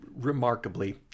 remarkably